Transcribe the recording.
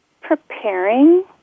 preparing